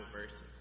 verses